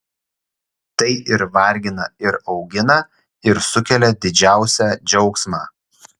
tai ir vargina ir augina ir sukelia didžiausią džiaugsmą